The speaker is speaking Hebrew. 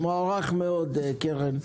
זה מוערך מאוד, קרן.